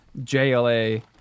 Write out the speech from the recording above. JLA